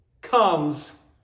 comes